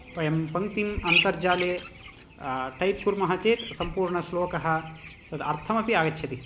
वयं पङ्क्तिम् अन्तर्जाले टैप् कुर्मः चेत् सम्पूर्णश्लोकः तद् अर्थमपि आगच्छति